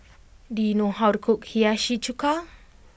do you know how to cook Hiyashi Chuka